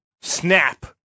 snap